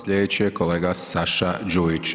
Sljedeći je kolega Saša Đujić.